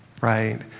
right